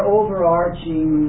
overarching